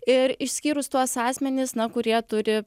ir išskyrus tuos asmenis na kurie turi